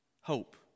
Hope